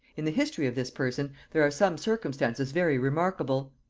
in the history of this person there are some circumstances very remarkable.